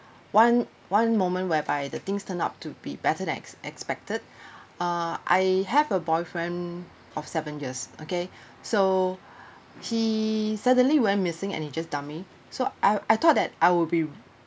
one one moment whereby the things turned out to be better than ex~ expected uh I have a boyfriend of seven years okay so he suddenly went missing and he just dump me so I I thought that I would be